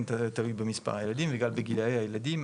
כן תלוי במספר הילדים וגם בגילאי הילדים,